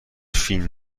فین